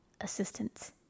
assistance